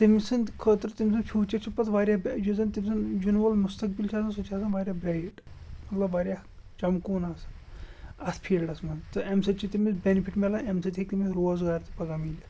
تٔمۍ سٕنٛدۍ خٲطرٕ تٔمۍ سُنٛد فیوٗچَر چھُ پَتہٕ واریاہ بے یُس زَن تٔمۍ سُنٛد یِنہٕ وول مُستقبِل چھُ آسان سُہ چھُ آسان واریاہ برٛایٹ مطلب واریاہ چَمکُوُن آسان اَتھ فیٖلڈَس منٛز تہٕ اَمہِ سۭتۍ چھِ تٔمِس بٮ۪نِفِٹ مِلان اَمہِ سۭتۍ ہیٚکہِ تٔمِس روزگار تہِ پَگاہ مِلِتھ